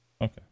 Okay